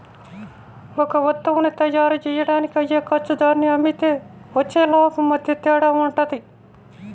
ఒక వత్తువుని తయ్యారుజెయ్యడానికి అయ్యే ఖర్చు దాన్ని అమ్మితే వచ్చే లాభం మధ్య తేడా వుంటది